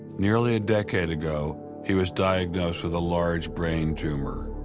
nearly a decade ago, he was diagnosed with a large brain tumor.